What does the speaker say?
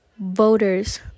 voters